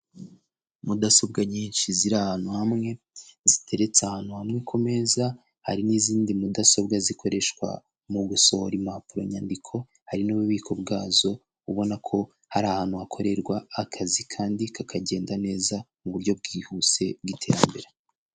Mudasobwa nyinshi ziri ahantu hamwe, ziteretse ahantu hamwe ku meza, hari n'izindi mudasobwa zikoreshwa mu gusohora impapuro nyandiko, hari n'ububiko bwazo, ubona ko hari ahantu hakorerwa akazi kandi kakagenda neza mu buryo bwihuse bw'iterambere.